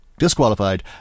disqualified